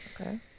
okay